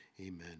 Amen